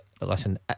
listen